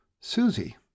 Susie